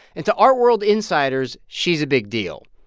and to art world insiders, she's a big deal.